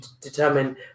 determine